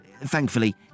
Thankfully